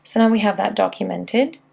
so then we have that documented.